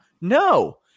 No